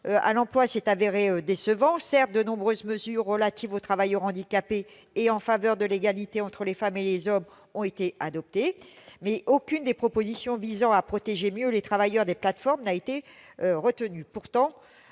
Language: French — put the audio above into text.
à l'emploi s'est révélé décevant. Certes, de nombreuses mesures relatives aux travailleurs handicapés et en faveur de l'égalité entre les femmes et les hommes ont été adoptées, mais aucune des propositions visant à mieux protéger les travailleurs des plateformes n'a été retenue.